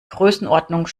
größenordnung